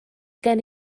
gen